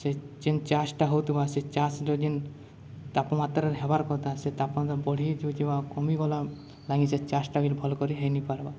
ସେ ଯେନ୍ ଚାଷଟା ହଉଥିବା ସେ ଚାଷର ଯେନ୍ ତାପମାତ୍ରାରେ ହେବାର୍ କଥା ସେ ତାପମାତ୍ରା ବଢ଼ି ଯଉଛେ ବା କମିଗଲା ଲାଗି ସେ ଚାଷଟା ବି ଭଲ କରି ହେଇନି ପାର୍ବା